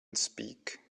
speak